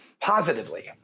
positively